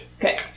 Okay